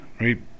right